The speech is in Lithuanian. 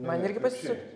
man irgi pasisukt